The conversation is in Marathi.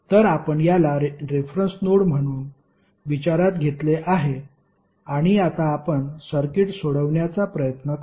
तर आपण याला रेफरन्स नोड म्हणून विचारात घेतले आहे आणि आता आपण सर्किट सोडवण्याचा प्रयत्न करू